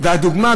והדוגמה,